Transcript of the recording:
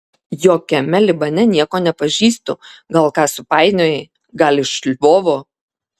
jokiame libane nieko nepažįstu gal ką supainiojai gal iš lvovo